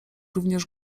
również